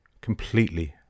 completely